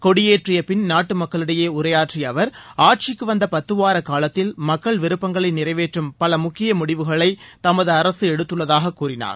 கொடியேற்றிய பின் நாட்டு மக்களிடையே உரையாற்றிய அவர் ஆட்சிக்கு வந்த பத்துவார காலத்தில் மக்கள் விருப்பங்களை நிறைவேற்றும் பல முக்கிய முடிவுகளை தமது அரசு எடுத்துள்ளதாக கூறினார்